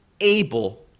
able